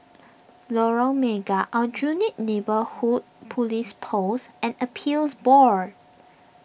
Lorong Mega Aljunied Neighbourhood Police Post and Appeals Board